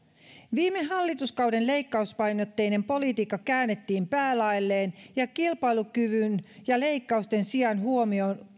viime hallituskauden leikkauspainotteinen politiikka käännettiin päälaelleen ja kilpailukyvyn ja leikkausten sijaan huomio